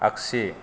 आगसि